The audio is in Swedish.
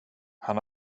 han